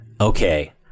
okay